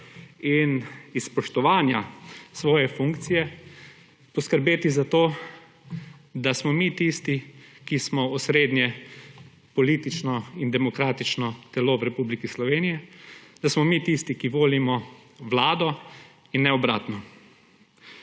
in iz spoštovanja svoje funkcije poskrbeti za to, da smo mi tisti, ki smo osrednje politično in demokratično telo v Republiki Sloveniji, da smo mi tisti, ki volimo vlado – in ne obratno.